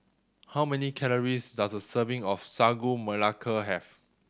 how many calories does a serving of Sagu Melaka have